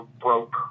broke